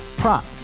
Prop